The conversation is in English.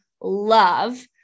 love